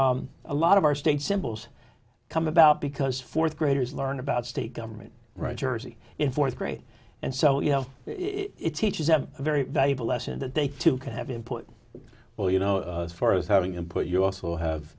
our a lot of our state symbols come about because fourth graders learn about state government right jersey in fourth grade and so you know it's teachers have a very valuable lesson that they too can have input well you know for us having input you also have